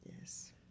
Yes